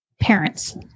Parents